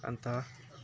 अनि त